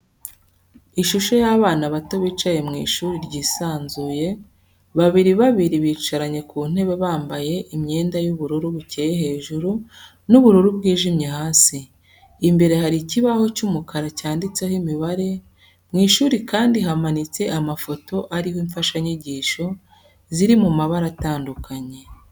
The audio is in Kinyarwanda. Ishusho y'abana bato bicaye mu ishuri ryisanzuye, babiri babiri bicaranye ku ntebe bambaye imyenda y'ubururu bukeye hejuru n'ubururu bwijimye hasi, imbere hari ikibaho cy'umukara cyanditseho imibare, mu ishuri kandi hamanitse amafoto ariho imfashanyigisho ziri mu mabara atandukanye.